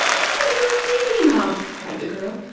what are you thinking of? cried the girl.